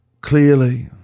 clearly